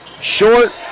Short